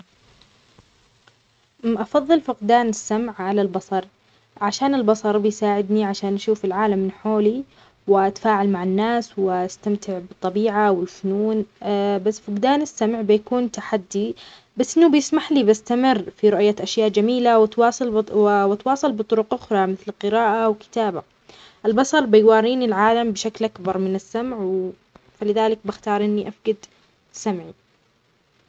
أفضل فقدان السمع على فقدان البصر. لأن البصر يساعدني على التفاعل مع العالم من حولي، مثل القراءة والكتابة ورؤية الأشياء الجميلة. رغم أهمية السمع، إلا أنني أعتقد أنني أستطيع التكيف بشكل أفضل إذا فقدت السمع، مثل استخدام إشارات التواصل أو التكنولوجيا المساعدة.